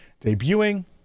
debuting